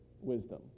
wisdom